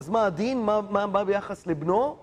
אז מה הדין? מה ביחס לבנו?